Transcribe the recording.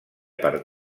per